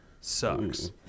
sucks